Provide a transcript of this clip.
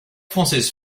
française